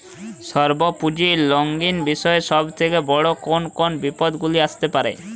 স্বল্প পুঁজির লগ্নি বিষয়ে সব থেকে বড় কোন কোন বিপদগুলি আসতে পারে?